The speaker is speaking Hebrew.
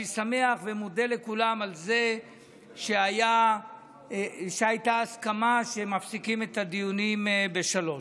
אני שמח ומודה לכולם על זה שהייתה הסכמה שמפסיקים את הדיונים ב-15:00.